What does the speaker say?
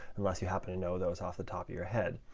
unless you happen to know those off the top of your head.